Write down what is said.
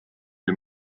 kui